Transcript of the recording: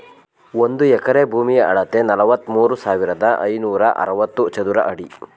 ಒಂದು ಎಕರೆ ಭೂಮಿಯ ಅಳತೆ ನಲವತ್ಮೂರು ಸಾವಿರದ ಐನೂರ ಅರವತ್ತು ಚದರ ಅಡಿ